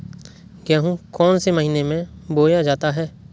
गेहूँ कौन से महीने में बोया जाता है?